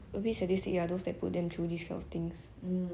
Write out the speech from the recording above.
actually I like 我喜欢看这种 movies sia